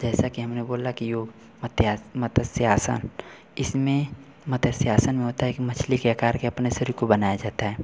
जैसा कि हमने बोला योग मत्या मतस्यासन इसमें मतस्यासन होता है कि मछली के अकार के अपने शरीर को बनाया जाता है